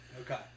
Okay